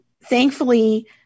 thankfully